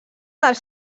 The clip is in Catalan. dels